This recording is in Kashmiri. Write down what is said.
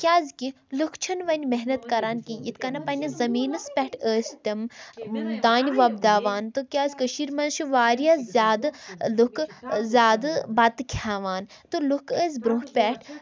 کیٛازِ کہِ لُکھ چھِنہٕ وۄنۍ محنت کَران کیٚنٛہہ یِتھ کَن پنٛنِس زٔمیٖنَس پٮ۪ٹھ ٲسۍ تِم دانہِ وۄبداوان تہٕ کیٛازِ کٔشیٖر منٛز چھِ وارِیاہ زیادٕ لُکھ زیادٕ بَتہٕ کھٮ۪وان تہٕ لُکھ ٲسۍ برٛونٛہہ پٮ۪ٹھ